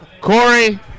Corey